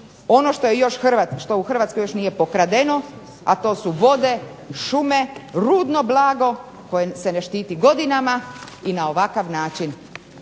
na ovakav način ono što u Hrvatskoj još nije pokradeno, to su vode, šume, rudno blago koje se ne štiti godinama i na ovakav način